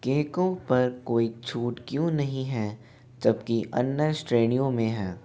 केको पर कोई छूट क्यों नहीं हैं जबकि अन्य श्रेणियों में हैं